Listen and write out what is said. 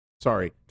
Sorry